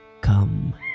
come